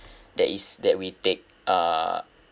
that is that we take uh